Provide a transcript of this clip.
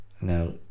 now